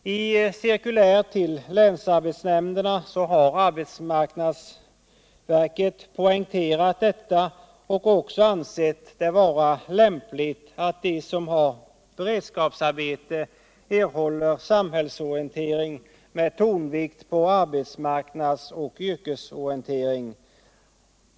I cirkulär tull länsarbetsnämnderna har arbetsmarknadsstyrelsen poängterat detta och också ansett det vara lämpligt att de som har beredskapsarbete erhåller samhällsorientering med tonvikt på arbetsmarknads och yrkesorientering.